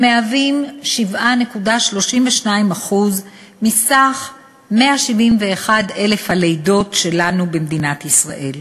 שהם 7.32% מכלל 171,000 הלידות שלנו במדינת ישראל.